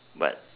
but